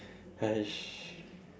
!hais!